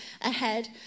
ahead